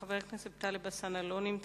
חבר הכנסת טלב אלסאנע, לא נמצא.